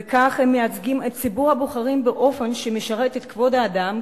וכך הם מייצגים את ציבור הבוחרים באופן שמשרת את כבוד האדם,